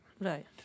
Right